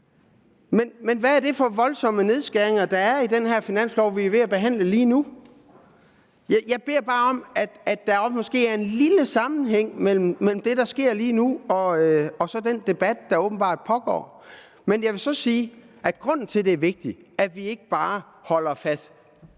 Men hvad er det for voldsomme nedskæringer, der er i den her finanslov, vi er ved at behandle lige nu? Jeg beder bare om, at der også måske er en lille sammenhæng mellem det, der sker lige nu, og så den debat, der åbenbart pågår. Men jeg vil så sige, at grunden til, at det er vigtigt, at vi ikke bare holder krampagtigt